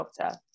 doctor